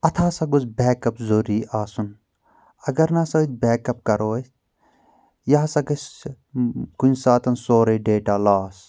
اتھ ہسا گوٚژھ بیک اپ ضروٗری آسُن اگر نہٕ ہسا أسۍ بیک اپ کرو أسۍ یہِ ہسا گژھِ کُنہِ ساتہٕ سورُے ڈیٹا لاس